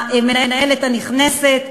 המנהלת הנכנסת.